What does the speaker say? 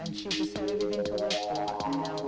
i don't know